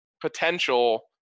potential